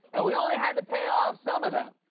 and we only had to pay off some of them.